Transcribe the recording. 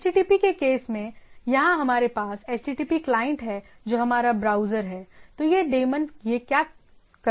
HTTP के case में यहाँ हमारे पास http क्लाइंट है जो हमारा ब्राउज़र है तो यह डेमन यह क्या कर रहा है